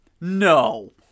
No